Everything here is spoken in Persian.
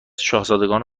شاهزادگان